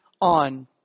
on